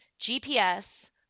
GPS